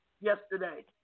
yesterday